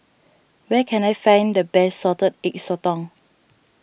where can I find the best Salted Egg Sotong